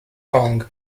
kong